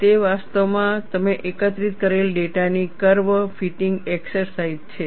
તે વાસ્તવમાં તમે એકત્રિત કરેલ ડેટાની કર્વ ફિટિંગ એક્સરસાઈઝ છે